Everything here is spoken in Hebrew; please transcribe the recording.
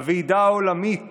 הוועידה העולמית